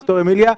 ד"ר אמיליה,